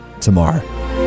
tomorrow